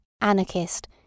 anarchist